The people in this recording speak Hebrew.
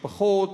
ביקורי משפחות,